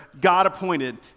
God-appointed